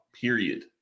period